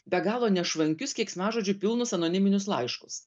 be galo nešvankius keiksmažodžių pilnus anoniminius laiškus